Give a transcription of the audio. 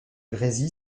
grésy